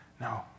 no